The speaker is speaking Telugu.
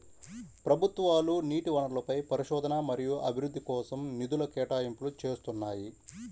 ప్రభుత్వాలు నీటి వనరులపై పరిశోధన మరియు అభివృద్ధి కోసం నిధుల కేటాయింపులు చేస్తున్నాయి